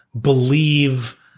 believe